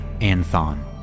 anthon